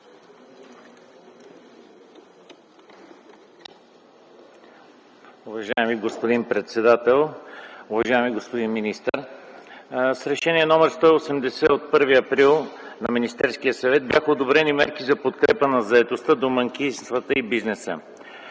Уважаеми господин председател, уважаеми господин министър! С Решение № 180 от 1 април т.г. на Министерския съвет бяха одобрени Мерки за подкрепа на заетостта, домакинствата и бизнеса.